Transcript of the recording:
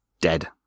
dead